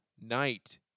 night